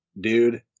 dude